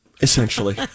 Essentially